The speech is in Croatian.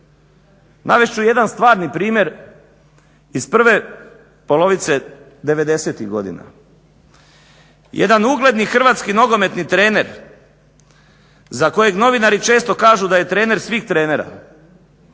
Navest ću jedan stvarni primjer iz prve polovice '90-ih godina. Jedan ugledni hrvatski nogometni trener za kojeg novinari često kažu da je trener svih trenera,